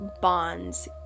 bonds